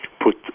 put